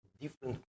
different